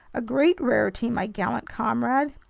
a great rarity, my gallant comrade,